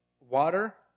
water